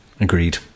Agreed